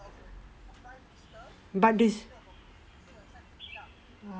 but this